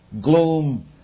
gloom